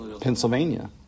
Pennsylvania